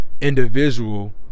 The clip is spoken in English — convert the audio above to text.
Individual